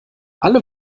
alle